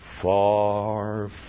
far